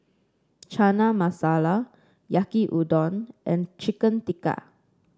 Chana Masala Yaki Udon and Chicken Tikka